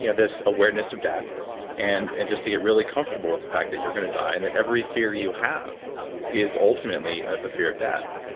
you know awareness of death and and just to get really comfortable with the fact that you're going to die. and that every fear you have is ultimately a fear of death.